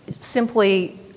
simply